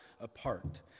apart